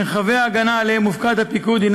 מרחבי ההגנה שעליהם הופקד הפיקוד הם